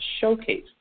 Showcase